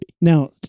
Now